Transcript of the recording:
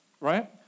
right